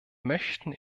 möchten